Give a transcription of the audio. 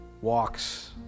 walks